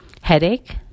headache